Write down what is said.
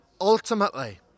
ultimately